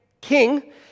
king